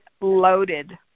loaded